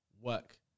work